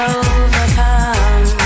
overcome